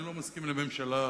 אני לא מסכים לממשלה,